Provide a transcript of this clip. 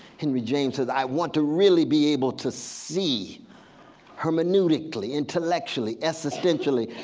henry james says i want to really be able to see her minutically, intellectually, existentially.